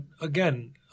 again—